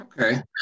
Okay